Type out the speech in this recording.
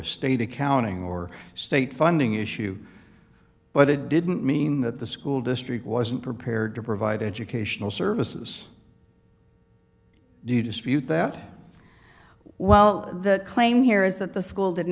a state accounting or state funding issue but it didn't mean that the school district wasn't prepared to provide educational services do you dispute that well that claim here is that the school